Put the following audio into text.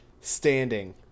standing